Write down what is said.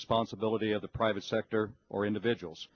responsibility of the private sector or individuals